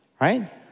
right